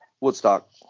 woodstock